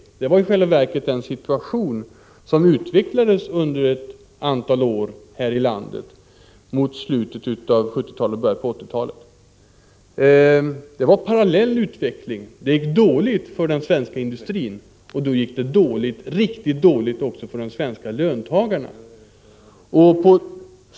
Detta var i själva verket den situation som utvecklades under ett antal år här i landet mot slutet av 1970-talet och i början av 1980-talet. Det gick dåligt för den svenska industrin, och det gick också riktigt dåligt för de svenska löntagarna.